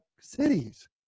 cities